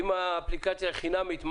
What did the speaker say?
אם האפליקציה היא חינמית,